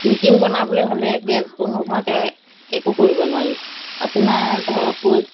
knitting বনাবলৈ হ'লে গেজটো নোহোৱাকৈ একো কৰিব নোৱাৰি আপোনাৰ ধৰক কৈ